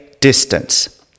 distance